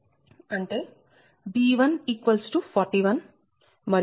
అంటే b141 మరియు d10